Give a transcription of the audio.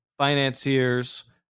financiers